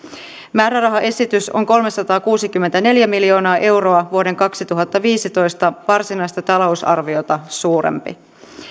määrärahaesitys on kolmesataakuusikymmentäneljä miljoonaa euroa vuoden kaksituhattaviisitoista varsinaista talousarviota suurempi